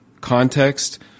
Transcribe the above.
context